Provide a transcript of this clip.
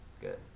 good